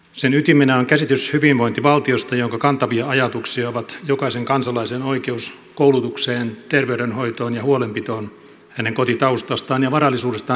sen ytimenä on käsitys hyvinvointivaltiosta jonka kantavia ajatuksia ovat jokaisen kansalaisen oikeus koulutukseen terveydenhoitoon ja huolenpitoon hänen kotitaustastaan ja varallisuudestaan riippumatta